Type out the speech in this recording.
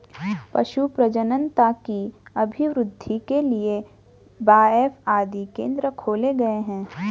पशु प्रजननता की अभिवृद्धि के लिए बाएफ आदि केंद्र खोले गए हैं